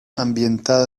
ambientado